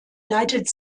leitet